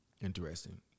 Interesting